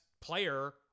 player